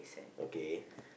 okay